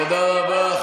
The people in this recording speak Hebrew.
תודה רבה.